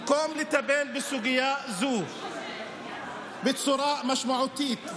במקום לטפל בסוגיה זאת בצורה משמעותית,